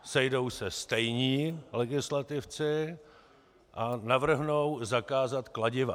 Sejdou se stejní legislativci a navrhnou zakázat kladiva.